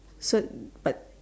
so but